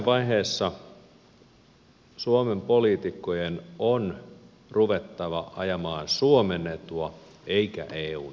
jossain vaiheessa suomen poliitikkojen on ruvettava ajamaan suomen etua eikä eun etua